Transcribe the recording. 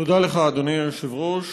תודה לך, אדוני היושב-ראש.